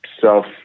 self